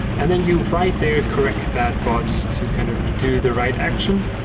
and then you right there correct that bot to kind of do the right action,